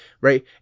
right